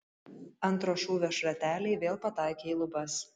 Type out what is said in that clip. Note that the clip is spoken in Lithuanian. antro šūvio šrateliai vėl pataikė į lubas